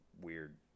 weird